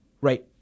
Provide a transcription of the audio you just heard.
right